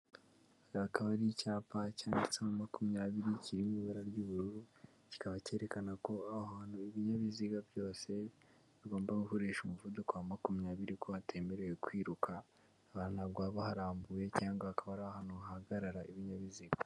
Akaba ari icyapa cyanditseho makumyabiri kiri mu ibara ry'ubururu, kikaba cyerekana ko aho hantu ibinyabiziga byose bigomba gukoresha umuvuduko wa makumyabiri ko hatemerewe kwiruka. Ahantu ntabwo haba harambuye cyangwa hakaba hariho ahantu hahagarara ibinyabiziga.